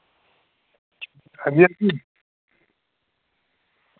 हां जी हां जी